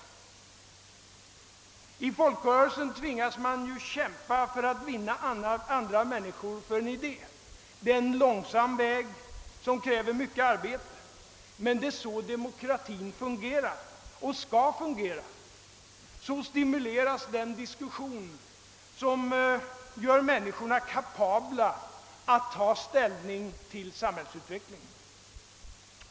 I folkrörelsen tvingas man ju kämpa för att vinna andra människor för en idé. Det är en långsam väg som kräver mycket arbete, men det är så demokratin fungerar och skall fungera. Så stimuleras den diskussion som gör människorna kapabla att ta ställning till samhällsutvecklingen.